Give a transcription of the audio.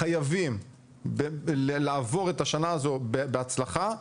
חייבים לעבור את השנה הזו בהצלחה,